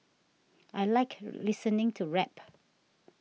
I like listening to rap